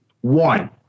One